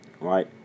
right